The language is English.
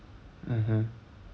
uh